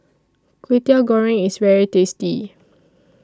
Kway Teow Goreng IS very tasty